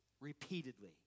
repeatedly